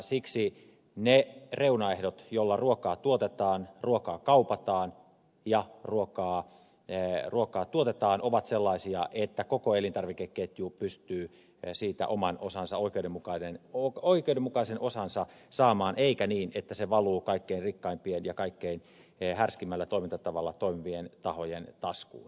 siksi ne reunaehdot joilla ruokaa tuotetaan ja kaupataan ovat sellaisia että koko elintarvikeketju pystyy siitä oman oikeudenmukaisen osansa saamaan eikä niin että se valuu kaikkein rikkaimpien ja kaikkein härskeimmällä toimintatavalla toimivien tahojen taskuun